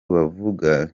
bavuga